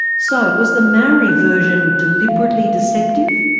so was the maori version deliberately deceptive?